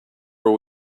are